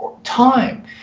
Time